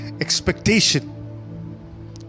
expectation